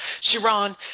Sharon